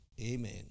amen